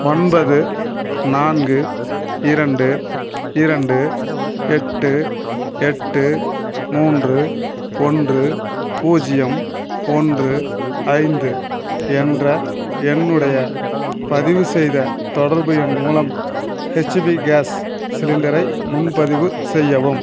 ஒன்பது நான்கு இரண்டு இரண்டு எட்டு எட்டு மூன்று ஒன்று பூஜ்ஜியம் ஒன்று ஐந்து என்ற என்னுடைய பதிவுசெய்த தொடர்பு எண் மூலம் ஹச்பி கேஸ் சிலிண்டரை முன்பதிவு செய்யவும்